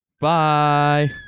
Bye